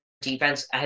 defense